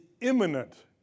imminent